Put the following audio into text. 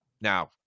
Now